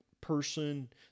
person